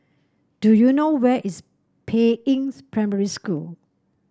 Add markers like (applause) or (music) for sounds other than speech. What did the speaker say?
do you know where is Peiying (unintelligible) Primary School